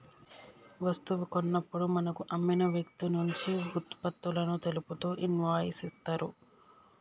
వస్తువు కొన్నప్పుడు మనకు అమ్మిన వ్యక్తినుంచి వుత్పత్తులను తెలుపుతూ ఇన్వాయిస్ ఇత్తరు